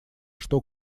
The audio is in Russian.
что